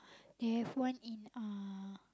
they have one in uh